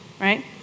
right